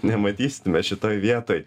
nematysime šitoj vietoj